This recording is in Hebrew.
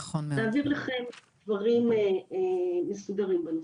נעביר לכם דברים מסודרים בנושא.